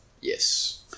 Yes